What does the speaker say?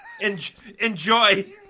Enjoy